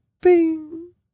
bing